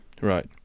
Right